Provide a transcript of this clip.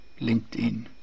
LinkedIn